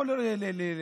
היום,